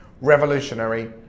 revolutionary